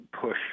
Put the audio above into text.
push